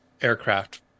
aircraft